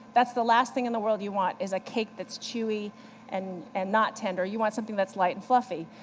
that's the last thing in the world you want, is a cake that's chewy and and not tender. you want something that's light and fluffy.